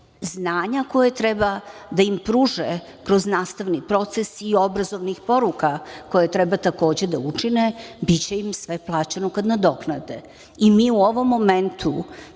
znanja koje treba da im pruže kroz nastavni proces i obrazovnih poruka koje treba takođe da učine, biće im sve plaćeno kada nadoknade. Mi u ovom momentu